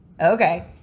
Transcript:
Okay